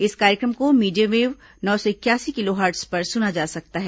इस कार्यक्रम को मीडियम वेव नौ सौ इकयासी किलोहर्ट्ज पर सुना जा सकता है